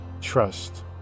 trust